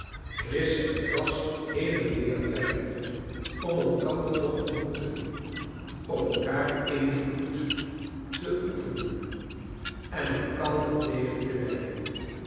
kris en kras heen en weertrekkende om elkander te ontmoeten op elkaar invloed te oefenen en elkander tegen te werken